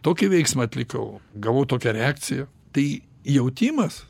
tokį veiksmą atlikau gavau tokią reakciją tai jautimas